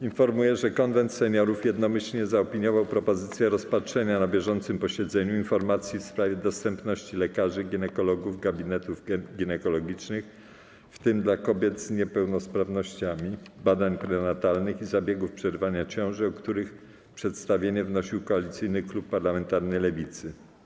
Informuję, że Konwent Seniorów jednomyślnie zaopiniował propozycję rozpatrzenia na bieżącym posiedzeniu informacji w sprawie dostępności lekarzy ginekologów, gabinetów ginekologicznych, w tym dla kobiet z niepełnosprawnościami, badań prenatalnych i zabiegów przerywania ciąży, o których przedstawienie wnosił Koalicyjny Klub Parlamentarny Lewicy.